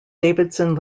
davidson